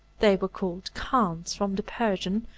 they were called khans, from the persian,